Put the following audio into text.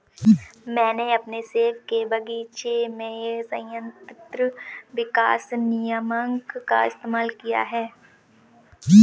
मैंने अपने सेब के बगीचे में संयंत्र विकास नियामक का इस्तेमाल किया है